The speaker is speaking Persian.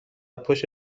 پشت